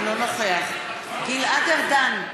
אינו נוכח גלעד ארדן,